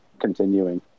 continuing